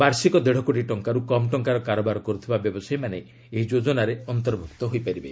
ବାର୍ଷିକ ଦେଡ଼କୋଟି ଟଙ୍କାରୁ କମ୍ ଟଙ୍କାର କାରବାର କରୁଥିବା ବ୍ୟବସାୟୀମାନେ ଏହି ଯୋଜନାରେ ଅନ୍ତର୍ଭ୍ଭକ୍ତ ହୋଇପାରିବେ